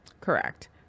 Correct